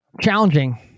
challenging